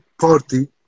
party